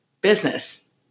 business